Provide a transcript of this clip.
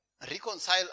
reconcile